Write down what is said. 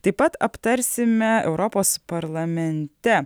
taip pat aptarsime europos parlamente